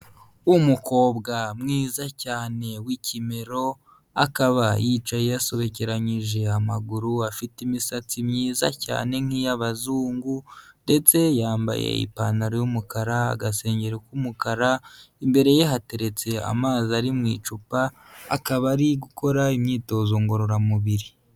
Umukobwa mwiza cyane w'ikimero akaba yicaye yasubekeranyije amaguru afite imisatsi myiza cyane nk'iy'abazungu, ndetse yambaye ipantaro y'umukara, agasengero k'umukara, imbere ye hateretse amazi ari mu icupa akaba ari gukora imyitozo ngororamubiri.